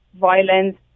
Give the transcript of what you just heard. violence